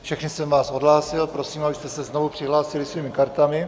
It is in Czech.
Všechny jsem vás odhlásil, prosím, abyste se znovu přihlásili svými kartami.